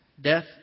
death